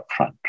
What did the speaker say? upfront